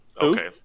Okay